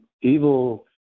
evil